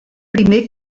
primer